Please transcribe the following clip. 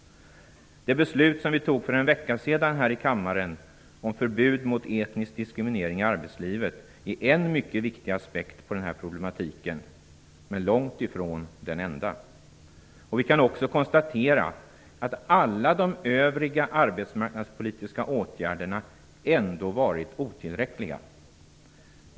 Det beslut som fattades av oss här i kammaren för en vecka sedan och som gällde förbud mot etnisk diskriminering i arbetslivet visar på en mycket viktig aspekt på den här problematiken -- men alltså långt ifrån den enda aspekten. Vidare kan vi konstatera att alla övriga arbetsmarknadspolitiska åtgärder varit otillräckliga.